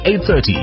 8.30